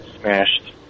smashed